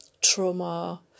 trauma